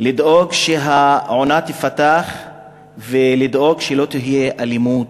לדאוג שהעונה תיפתח ולדאוג שלא תהיה אלימות,